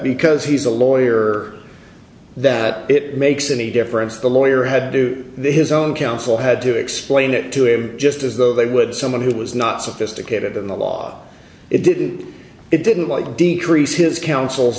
because he's a lawyer that it makes any difference the lawyer had to do his own counsel had to explain it to him just as though they would someone who was not sophisticated in the law it didn't it didn't like decrease his coun